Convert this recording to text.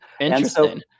Interesting